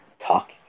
talk